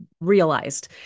realized